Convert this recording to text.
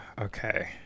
okay